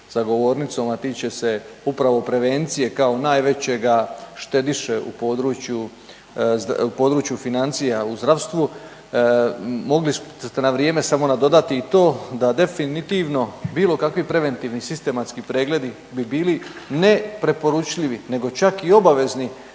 za govornicom, a tiče se upravo prevencije kao najvećega štediše u području financija u zdravstvu, mogli ste na vrijeme samo nadodati i to da definitivno bilo kakvi preventivni sistematski pregledi bi bili ne preporučljivi, nego čak i obavezni